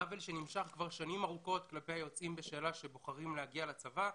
עוול שנמשך כבר שנים ארוכות כלפי היוצאים בשאלה שבוחרים להגיע לצבא.